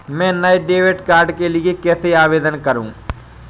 मैं नए debit card के लिए कैसे आवेदन करूं?